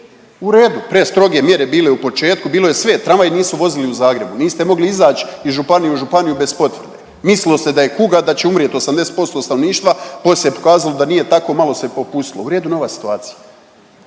U redu, prestroge mjere bile u početku. Bilo je sve, tramvaji nisu vozili u Zagrebu. Niste mogli izaći iz županije u županiju bez potvrde. Mislilo se da je kuga da će umrijeti 80% stanovništva, poslije se pokazalo da nije tako, malo se popustilo. U redu, nova situacija.